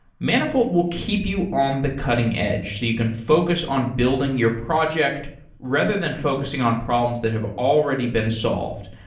manifold will keep you on the cutting-edge so you can focus on building your project rather than focusing on problems that have already been solved.